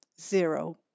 Zero